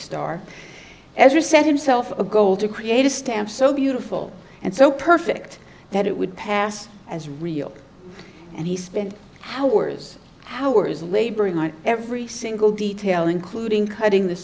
star as you said himself a goal to create a stamp so beautiful and so perfect that it would pass as real and he spent hours hours laboring on every single detail including cutting the